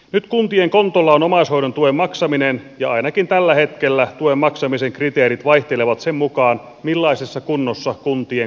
nyt kuntien kontolla on omaishoidon tuen maksaminen ja ainakin tällä hetkellä tuen maksamisen kriteerit vaihtelevat sen mukaan millaisessa kunnossa kuntien kukkaro on